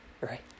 right